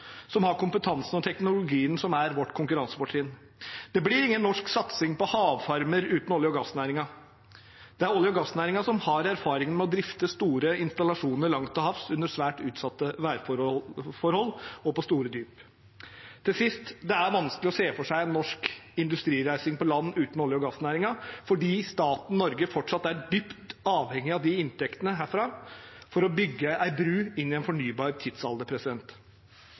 som har kompetansen og teknologien som er vårt konkurransefortrinn. Det blir ingen norsk satsing på havfarmer uten olje- og gassnæringen. Det er olje- og gassnæringen som har erfaringen med å drifte store installasjoner langt til havs under svært utsatte værforhold og på store dyp. Til sist: Det er vanskelig å se for seg en norsk industrireising på land uten olje- og gassnæringen fordi staten Norge fortsatt er dypt avhengig av inntektene herfra for å bygge ei bru inn i en fornybar tidsalder.